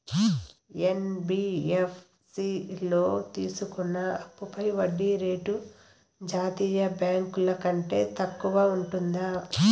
NBFC లో తీసుకున్న అప్పుపై వడ్డీ రేటు జాతీయ బ్యాంకు ల కంటే తక్కువ ఉంటుందా?